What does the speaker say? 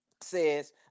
says